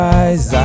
eyes